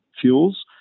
fuels